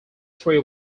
three